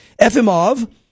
Efimov